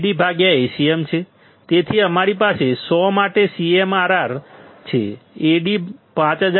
CMRR AdAcm છે તેથી અમારી પાસે 100 માટે CMRR છે Ad 5000 છે